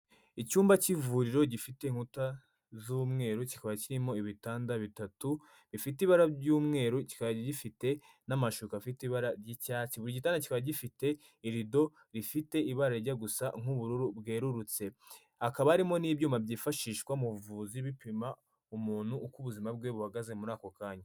Icyumba cy'ivuriro gifite inkuta z'umweru, kikaba kirimo ibitanda bitatu bifite ibara ry'umweru, kikaba gifite n'amashuka afite ibara ry'icyatsi. Buri gitanda kiba gifite irido rifite ibara rijya gusa nk'ubururu bwerurutse. Hakaba harimo n'ibyuma byifashishwa mu buvuzi bipima umuntu uko ubuzima bwe buhagaze muri ako kanya.